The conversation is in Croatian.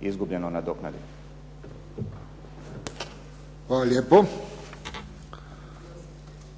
(HSS)** Hvala lijepo.